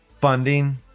funding